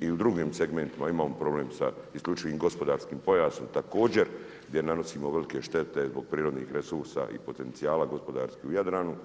i u drugim segmentima imamo problem sa isključivim gospodarskim pojasom također gdje nanosimo velike štete zbog prirodnih resursa i potencijala gospodarskih u Jadranu.